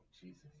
Jesus